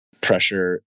pressure